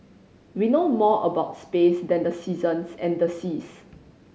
we know more about space than the seasons and the seas